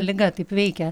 liga taip veikia